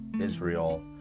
Israel